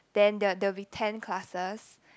then there there will be ten classes